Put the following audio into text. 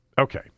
Okay